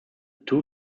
two